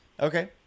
Okay